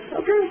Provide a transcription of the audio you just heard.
Okay